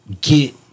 get